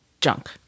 junk